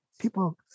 people